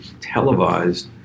televised